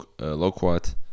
loquat